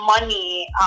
money